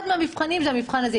אחד מהמבחנים זה המבחן הזה.